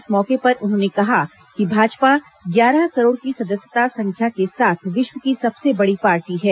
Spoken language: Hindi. इस मौके पर उन्होंने कहा कि भाजपा ग्यारह करोड़ की सदस्यता संख्या के साथ विश्व की सबसे बड़ी पार्टी है